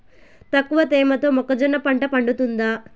తక్కువ తేమతో మొక్కజొన్న పంట పండుతుందా?